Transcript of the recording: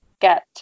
get